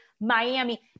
Miami